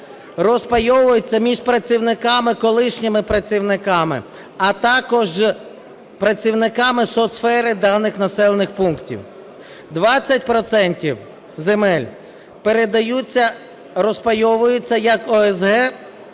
розпайовуються між працівниками, колишніми працівниками, а також працівниками соцсфери, даних населених пунктів. Двадцять процентів земель передаються... розпайовуються як ОСГ